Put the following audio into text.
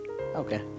Okay